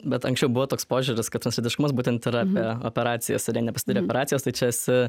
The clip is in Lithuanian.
bet anksčiau buvo toks požiūris kad translytiškumas būtent yra apie operacijas ir jei nepasidarei operacijos tai čia esi